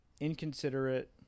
Inconsiderate